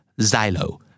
Xylo